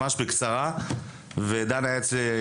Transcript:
למשל ילדים עם צרכים מיוחדים,